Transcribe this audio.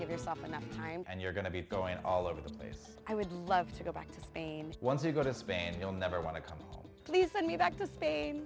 enough time and you're going to be going all over the place i would love to go back to spain once you go to spain you'll never want to please send me back to spain